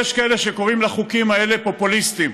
יש כאלה שקוראים לחוקים האלה פופוליסטיים.